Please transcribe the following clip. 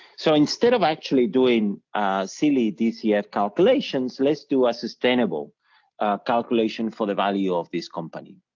so instead of actually doing silly dcf calculations, let's do a sustainable calculation for the value of this company.